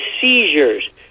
seizures